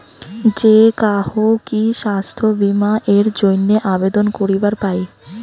যে কাহো কি স্বাস্থ্য বীমা এর জইন্যে আবেদন করিবার পায়?